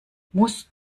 musst